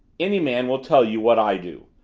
any man will tell you what i do,